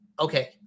Okay